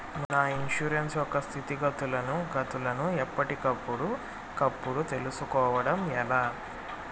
నా ఇన్సూరెన్సు యొక్క స్థితిగతులను గతులను ఎప్పటికప్పుడు కప్పుడు తెలుస్కోవడం ఎలా?